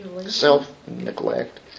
self-neglect